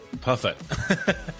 Perfect